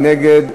מי נגד?